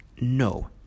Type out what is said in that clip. No